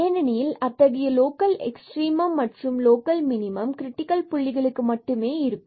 ஏனெனில் அத்தகைய local extreme மற்றும் லோக்கல் மினிமம் க்ரிட்டிக்கல் புள்ளிகளுக்கு மட்டுமே இருக்கும்